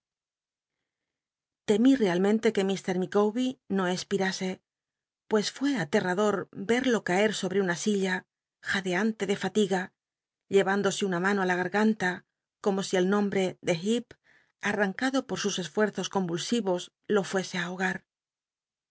femi realmente que m lllicawbcr no cspi t'thc pues fué aterrador verlo caer sobre una illa jadeante de fatiga llevándose una mano ti la garganta como si el nombre de jeep arrancad o por sus esfuerzos convulsivos lo fuese